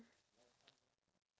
ya